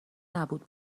نبود